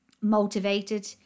motivated